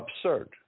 absurd